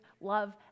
love